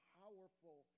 powerful